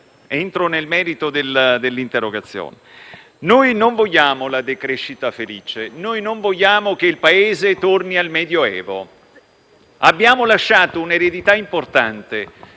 signor Presidente. Noi non vogliamo la decrescita felice, noi non vogliamo che il Paese torni al Medioevo. Abbiamo lasciato un'eredità importante,